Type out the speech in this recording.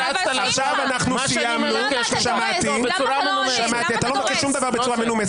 מה שאני מבקש, זה בצורה מנומסת.